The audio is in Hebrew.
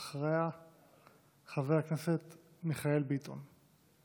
אז אחריה, חבר הכנסת מיכאל ביטון.